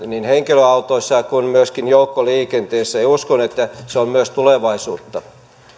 niin henkilöautoissa kuin myöskin joukkoliikenteessä uskon että se on myös tulevaisuutta